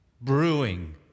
brewing